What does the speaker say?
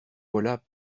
voilà